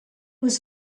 was